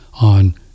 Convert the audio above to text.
on